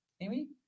Amy